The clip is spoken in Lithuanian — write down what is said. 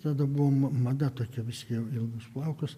tada buvom mada tokia jau ilgus plaukus